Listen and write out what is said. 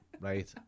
right